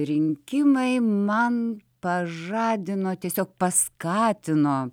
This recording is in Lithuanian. rinkimai man pažadino tiesiog paskatino